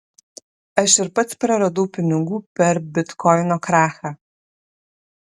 aš ir pats praradau pinigų per bitkoino krachą